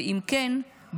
ואם כן,